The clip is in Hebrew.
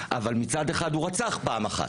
אבל מצד אחד הוא רצח פעם אחת,